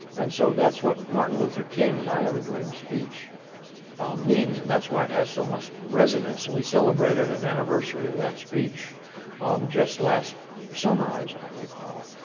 and so that's what martin luther king's i have a dream speech means. and that's why it has so much resonance, and we celebrateed an anniversary of that speech just last summer, as i recall.